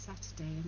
Saturday